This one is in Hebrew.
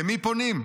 למי פונים?